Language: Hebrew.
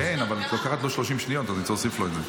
אבל את לוקחת לו 30 שניות וצריך להוסיף לו את זה.